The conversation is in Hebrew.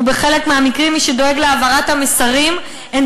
ובחלק מהמקרים מי שדואג להעברת המסרים הן